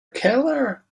keller